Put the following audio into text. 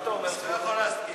מה אתה אומר, זבולון?